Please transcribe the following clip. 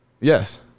Yes